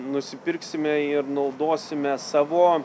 nusipirksime ir naudosime savo